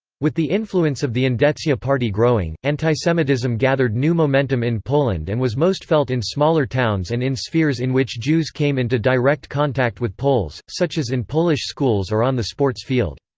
with the influence of the endecja party growing, antisemitism gathered new momentum in poland and was most felt in smaller towns and in spheres in which jews came into direct contact with poles, such as in polish schools or on the sports field.